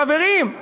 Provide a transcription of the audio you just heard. חברים,